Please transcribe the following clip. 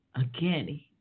again